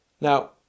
Now